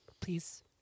Please